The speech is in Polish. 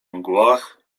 mgłach